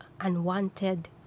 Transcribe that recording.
unwanted